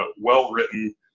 well-written